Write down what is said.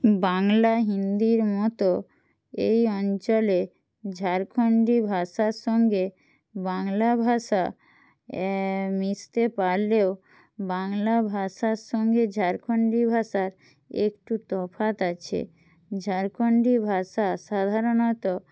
বাংলা হিন্দির মতো এই অঞ্চলে ঝাড়খণ্ডী ভাষার সঙ্গে বাংলা ভাষা মিশতে পারলেও বাংলা ভাষার সঙ্গে ঝাড়খণ্ডী ভাষার একটু তফাৎ আছে ঝাড়খণ্ডী ভাষা সাধারণত